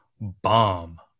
bomb